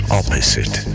opposite